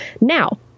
Now